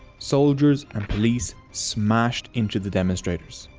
soldiers and police smashed into the demonstrators.